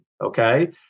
Okay